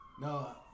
No